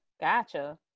Gotcha